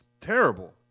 terrible